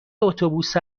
اتوبوس